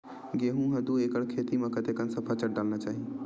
गेहूं के दू एकड़ खेती म कतेकन सफाचट डालना चाहि?